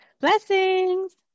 blessings